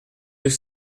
deux